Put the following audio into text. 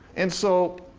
and so